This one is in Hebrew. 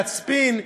להצפין.